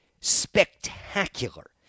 spectacular